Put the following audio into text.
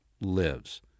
lives